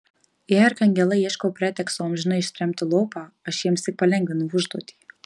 jei arkangelai ieško preteksto amžinai ištremti lopą aš jiems tik palengvinu užduotį